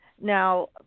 Now